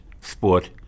sport